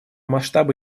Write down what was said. масштабы